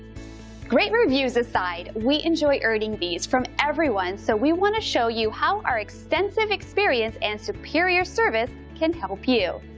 great reviews aside, we enjoy earning these from everyone so we want to show you how our extensive experience and superior service can help you.